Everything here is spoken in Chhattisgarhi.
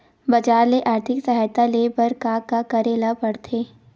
बजार ले आर्थिक सहायता ले बर का का करे ल पड़थे?